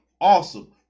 awesome